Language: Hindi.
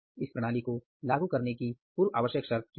इस प्रणाली को लागू करने की पूर्व आवश्यक शर्तें क्या है